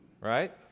Right